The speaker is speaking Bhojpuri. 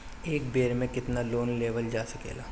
एक बेर में केतना लोन लेवल जा सकेला?